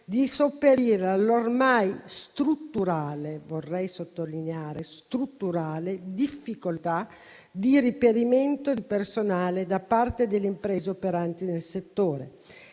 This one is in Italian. sottolineare strutturale - difficoltà di reperimento di personale da parte delle imprese operanti nel settore,